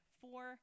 four